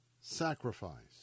sacrifice